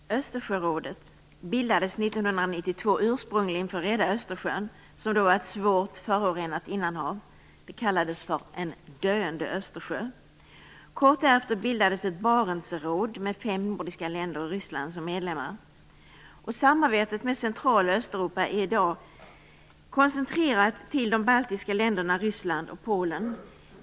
Fru talman! Östersjörådet bildades 1992. Det bildades ursprungligen för att rädda Östersjön, som då var ett svårt förorenat innanhav. Det kallades "en döende östersjö". Kort därefter bildades Barentsrådet med fem nordiska länder samt Ryssland som medlemmar. Samarbetet med Central och Östeuropa är i dag koncentrerat till de baltiska länderna, Ryssland och Polen.